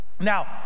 Now